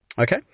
Okay